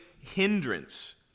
hindrance